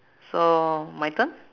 so my turn